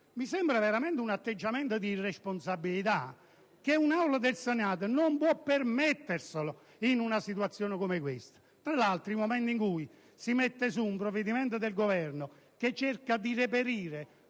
Mi sembra veramente un atteggiamento irresponsabile che l'Aula del Senato non si può permettere in una situazione come questa. Tra l'altro, nel momento in cui si definisce un provvedimento del Governo che cerca di reperire